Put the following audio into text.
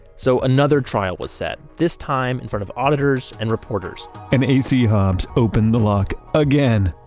so another trial was set, this time in front of auditors and reporters and a c. hobbs opened the lock again.